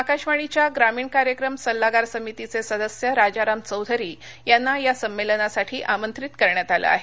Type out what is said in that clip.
आकाशवाणीच्या ग्रामीण कार्यक्रम सल्लागार समितीचे सदस्य राजाराम चौधरी यांना या संमेलनासाठी आमंत्रित करण्यात आलं आहे